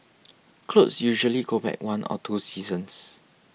clothes usually go back one or two seasons